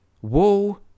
Whoa